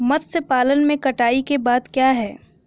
मत्स्य पालन में कटाई के बाद क्या है?